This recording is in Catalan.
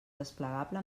desplegable